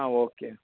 okay